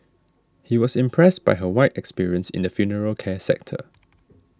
he was impressed by her wide experience in the funeral care sector